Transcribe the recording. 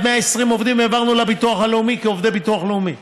120 עובדים העברנו לביטוח הלאומי כעובדי ביטוח לאומי,